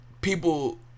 people